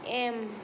M